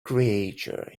creature